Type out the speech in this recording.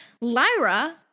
Lyra